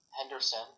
Henderson